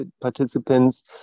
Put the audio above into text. participants